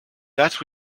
that